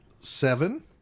seven